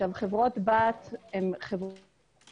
חברות בת, אין להן